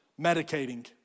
medicating